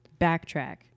Backtrack